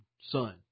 son